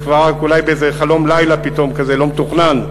רק אולי באיזה חלום לילה, פתאום כזה לא מתוכנן,